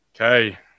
Okay